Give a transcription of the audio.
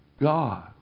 God